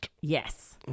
Yes